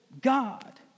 God